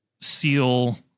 seal